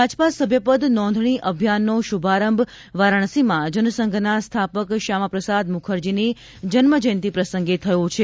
ભાજપા સભ્યપદ નોંધણી અભિયાનનો શુભારંભ વારાણસીમાં જનસંઘના સ્થાપક શ્યામા પ્રસાદ મુખર્જીની જન્મજયંતી પ્રસંગે થયો છે